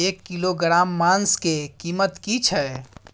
एक किलोग्राम मांस के कीमत की छै?